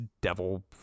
devil